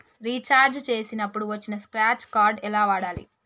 Recharge చేసినప్పుడు వచ్చిన scratch card ఎలా వాడాలి?